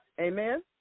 amen